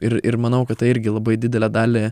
ir ir manau kad tai irgi labai didelę dalį